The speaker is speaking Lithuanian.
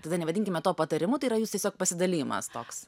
tada nevadinkime to patarimu tai yra jūs tiesiog pasidalijimas toks